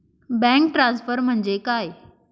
Bank transfer म्हणजे काय?